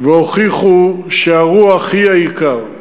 והוכיחו שהרוח היא העיקר.